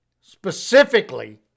specifically